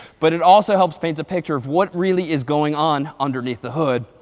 but it also helps paint a picture of what really is going on underneath the hood.